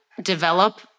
develop